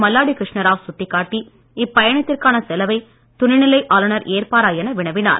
மல்லாடி கிருஷ்ணராவ் சுட்டிக்காட்டி இப்பயணத்திற்கான செலவை துணைநிலை ஆளுநர் ஏற்பாரா என வினவினார்